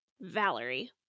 Valerie